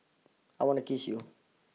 I want to kiss you